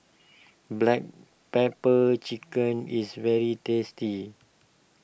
Black Pepper Chicken is very tasty